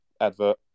advert